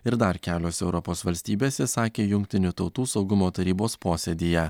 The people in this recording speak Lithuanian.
ir dar kelios europos valstybėse sakė jungtinių tautų saugumo tarybos posėdyje